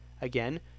Again